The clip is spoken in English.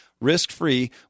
Risk-free